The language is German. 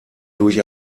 durch